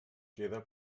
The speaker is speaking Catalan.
queda